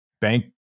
bank